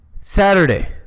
Saturday